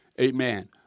amen